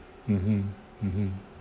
mmhmm mmhmm